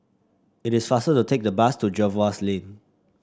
it is faster to take the bus to Jervois Lane